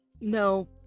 no